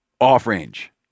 off-range